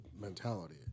mentality